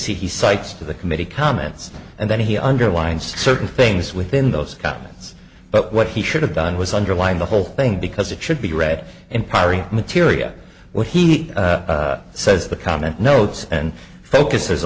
see he cites to the committee comments and then he underlined certain things within those comments but what he should have done was underlined the whole thing because it should be read in pari materia what he says the comment notes and focuses